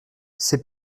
c’est